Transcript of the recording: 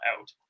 out